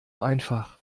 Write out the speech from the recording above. einfach